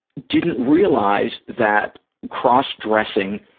didn't realize that cross-dressing,